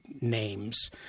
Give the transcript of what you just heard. names